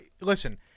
listen